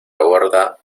borda